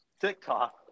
TikTok